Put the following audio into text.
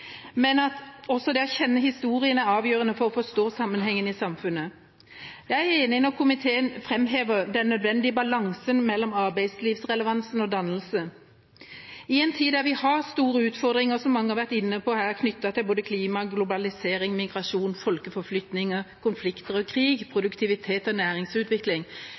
men at også det å kjenne historien er avgjørende for å forstå sammenhengen i samfunnet. Jeg er enig når komiteen framhever den nødvendige balansen mellom arbeidslivsrelevans og dannelse. I en tid da vi har store utfordringer, som mange har vært inne på her, knyttet til både klima, globalisering, migrasjon, folkeforflytninger, konflikter og krig, produktivitet og næringsutvikling,